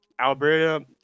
Alberta